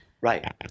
right